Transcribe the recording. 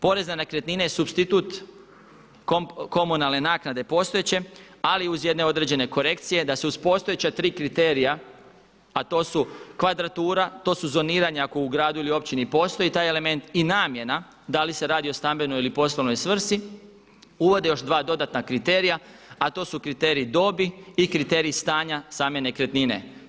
Porez na nekretnine je supstitut komunalne naknade postojeće, ali uz jedne određene korekcije, da se uz postojeća tri kriterija, a to su kvadratura, to su zoniranja ako u gradu ili općini postoji taj element i namjena, da li se radi o stambenoj ili poslovnoj svrsi, uvode još dva dodatna kriterija, a to su kriterij dobi i kriterij stanja same nekretnine.